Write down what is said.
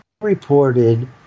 reported